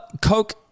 Coke